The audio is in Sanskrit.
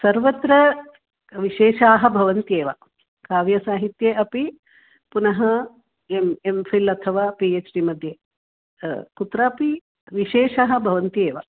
सर्वत्र विशेषाः भवन्त्येव काव्यसाहित्ये अपि पुनः एम् एम् फिल् अथवा पि एच् डिमध्ये कुत्रापि विशेषाः भवन्ति एव